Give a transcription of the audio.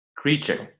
creature